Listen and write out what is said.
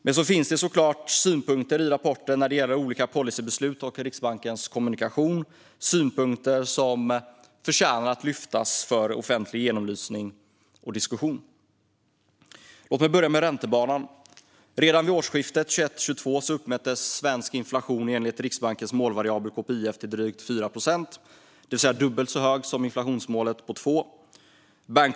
Men så finns det såklart synpunkter i rapporten när det gäller olika policybeslut och Riksbankens kommunikation, synpunkter som förtjänar att lyftas upp för offentlig genomlysning och diskussion. Låt mig börja med räntebanan. Redan vid årsskiftet 2021/22 uppmättes svensk inflation enligt Riksbankens målvariabel KPIF till drygt 4 procent, det vill säga dubbelt så hög som inflationsmålet på 2 procent.